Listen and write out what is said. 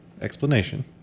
explanation